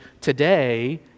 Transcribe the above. today